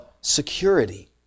security